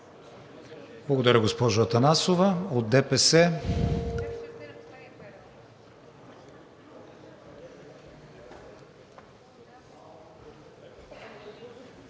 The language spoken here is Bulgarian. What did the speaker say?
Благодаря, госпожо Атанасова. ДПС